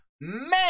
man